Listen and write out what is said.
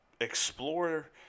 explore